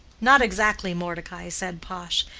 not exactly, mordecai, said pash,